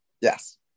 Yes